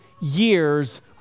years